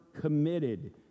committed